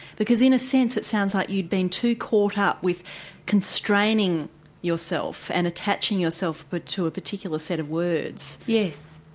because in a sense it sounds like you'd been too caught up with constraining yourself and attaching yourself but to a particular set of words. yes.